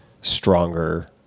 stronger